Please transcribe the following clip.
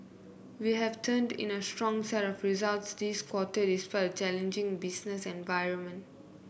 we have turned in a strong set of results this quarter despite a challenging business environment